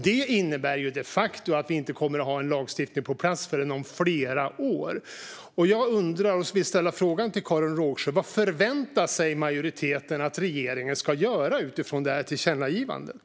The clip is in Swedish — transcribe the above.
Det senare innebär ju de facto att vi inte kommer att ha en lagstiftning på plats förrän om flera år. Jag undrar och vill ställa frågan till Karin Rågsjö: Vad förväntar sig majoriteten att regeringen ska göra utifrån det här tillkännagivandet?